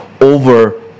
over